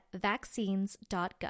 vaccines.gov